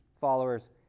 followers